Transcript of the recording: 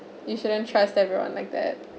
you shouldn't trust everyone like that